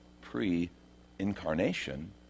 pre-incarnation